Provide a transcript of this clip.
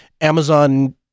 amazon